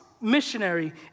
missionary